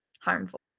harmful